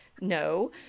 no